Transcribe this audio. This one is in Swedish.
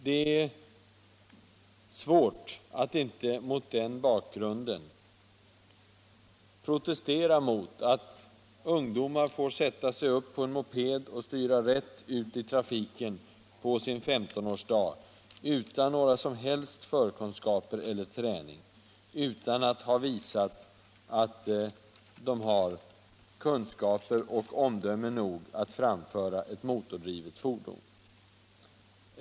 Det är mot den bakgrunden svårt att inte protestera mot att ung domar får sätta sig upp på en moped och styra rätt ut i trafiken på sin 15-årsdag utan några som helst förkunskaper eller träning, utan att ha fått visa att de har kunskaper och omdöme nog att framföra ett motordrivet fordon.